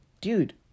dude